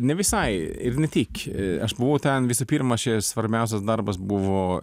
ne visai ir ne tik aš buvau ten visų pirma šis svarbiausias darbas buvo